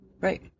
Right